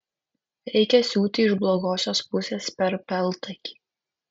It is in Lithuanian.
reikia siūti iš blogosios pusės per peltakį